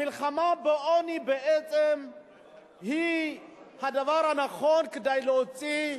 המלחמה בעוני בעצם היא הדבר הנכון, כדי להוציא,